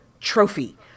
Trophy